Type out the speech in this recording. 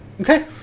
Okay